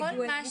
יגיעו אלינו,